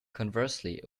conversely